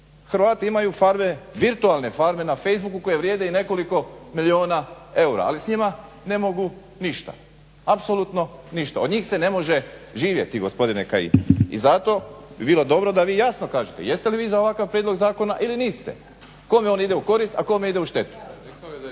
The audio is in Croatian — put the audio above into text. Hrvati imaju virtualne farme na facebooku koje vrijede i nekoliko milijuna eura ali s njima ne mogu ništa. Apsolutno ništa od njih se ne može živjeti gospodine kajin i zato bi bilo dobro da vi jasno kažete jeste li vi za ovakav prijedlog zakona, kome on ide u korist a kome ide u štetu.